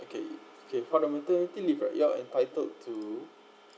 okay okay for the maternity leave right you're entitled to